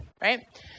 right